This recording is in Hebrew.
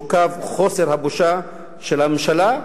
שהוא קו חוסר הבושה של הממשלה,